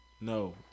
No